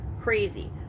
crazy